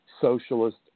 Socialist